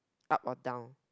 up or down